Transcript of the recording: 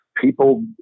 people